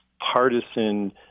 partisan